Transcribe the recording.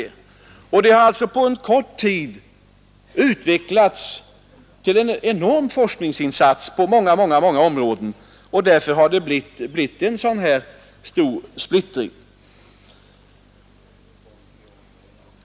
Utvecklingen har alltså på en kort tid gett en enorm mängd forskningsinsatser på många, många områden, och därför har det blivit en sådan här stor splittring.